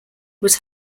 was